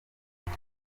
iyi